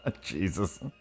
Jesus